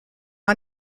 his